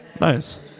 Nice